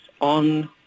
on